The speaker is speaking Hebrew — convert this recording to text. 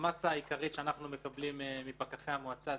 זו המאסה העיקרית שאנחנו מקבלים מפקחי המועצה.